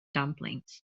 dumplings